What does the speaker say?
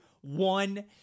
one